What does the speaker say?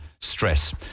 stress